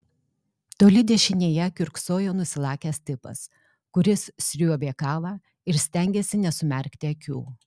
toli dešinėje kiurksojo nusilakęs tipas kuris sriuobė kavą ir stengėsi nesumerkti akių